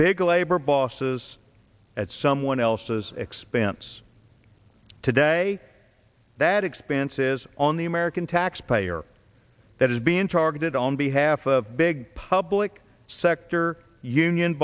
big labor bosses at someone else's expense today that expense is on the american taxpayer that is being targeted on behalf of big public sector union